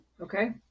Okay